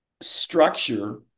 structure